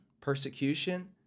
persecution